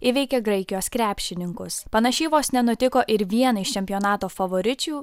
įveikė graikijos krepšininkus panašiai vos nenutiko ir vienai iš čempionato favoričių